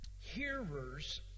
hearers